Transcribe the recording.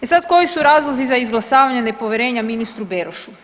E sad koji su razlozi za izglasavanje nepovjerenja ministru Berošu?